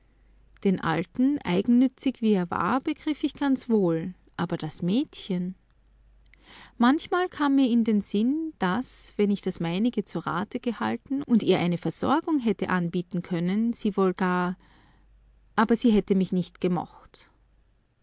den alten eigennützig wie er war begriff ich ganz wohl aber das mädchen manchmal kam mir in den sinn daß wenn ich das meinige zu rate gehalten und ihr eine versorgung hätte anbieten können sie wohl gar aber sie hätte mich nicht gemocht